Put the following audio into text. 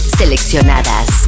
seleccionadas